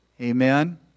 Amen